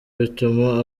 bituma